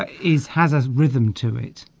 ah is has as rhythm to it